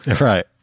right